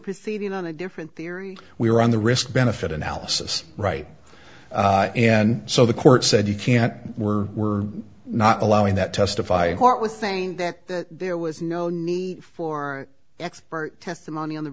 proceeding on a different theory we were on the risk benefit analysis right and so the court said you can't we're we're not allowing that testify in court was saying that there was no need for expert testimony on the